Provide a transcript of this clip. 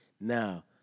Now